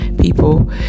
people